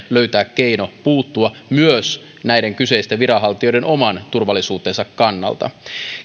löytää keino puuttua myös näiden kyseisten viranhaltijoiden oman turvallisuuden kannalta